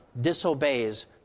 disobeys